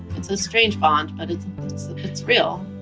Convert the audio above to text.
it's a strange bond, but it's it's real.